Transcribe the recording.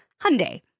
Hyundai